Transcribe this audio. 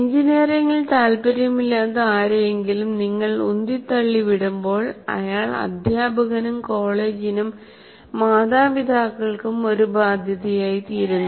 എഞ്ചിനീയറിംഗിൽ താൽപ്പര്യമില്ലാത്ത ആരെയെങ്കിലും നിങ്ങൾ ഉന്തി തള്ളി വിടുമ്പോൾ അയാൾ അധ്യാപകനും കോളേജിനും മാതാപിതാക്കൾക്കും ഒരു ബാധ്യതയായിത്തീരുന്നു